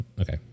okay